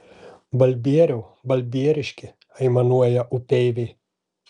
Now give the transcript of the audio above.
balbieriau balbieriški aimanuoja upeiviai